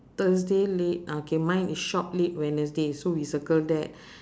thursday late uh K mine is shop late wednesday so we circle that